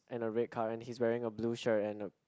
and a red car and he is wearing a blue shirt and a